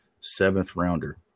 seventh-rounder